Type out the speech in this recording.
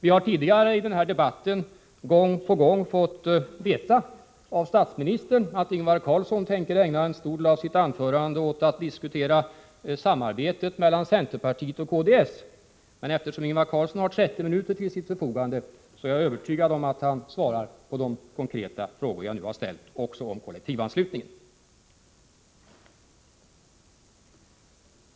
Vi har tidigare i den här debatten gång på gång fått veta av statsministern att Ingvar Carlsson tänker ägna en stor del av sitt anförande åt att diskutera samarbetet mellan centerpartiet och kds. Men Ingvar Carlsson har 30 minuter till sitt förfogande, och jag är därför övertygad om att han svarar även på de konkreta frågor om kollektivanslutningen som jag här har ställt.